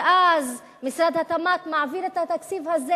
ומשרד התמ"ת מעביר את התקציב הזה,